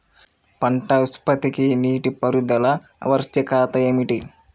పంట ఉత్పత్తికి నీటిపారుదల ఆవశ్యకత ఏమిటీ?